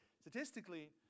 statistically